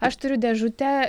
aš turiu dėžutę